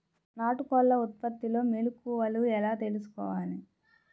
నాటుకోళ్ల ఉత్పత్తిలో మెలుకువలు ఎలా తెలుసుకోవాలి?